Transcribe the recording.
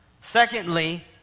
Secondly